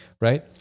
right